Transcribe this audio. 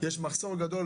יש מחסור גדול